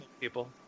people